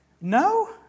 No